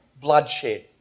bloodshed